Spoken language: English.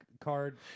card